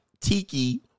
tiki